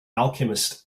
alchemist